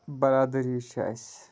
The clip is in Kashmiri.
برادٔری چھےٚ اَسہِ